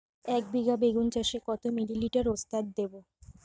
একবিঘা বেগুন চাষে কত মিলি লিটার ওস্তাদ দেবো?